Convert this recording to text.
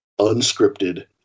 unscripted